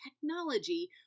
technology